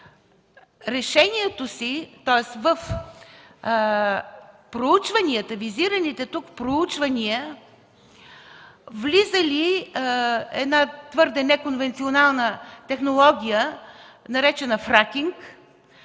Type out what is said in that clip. ми въпрос е: във визираните тук проучвания влиза ли една твърде неконвенционална технология, наречена „фракинг”?